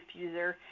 diffuser